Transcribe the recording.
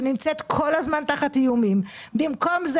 שנמצאת כל הזמן תחת איומים במקום זה